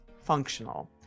functional